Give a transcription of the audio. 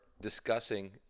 discussing